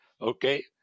Okay